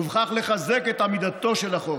ובכך לחזק את עמידתו של החוק.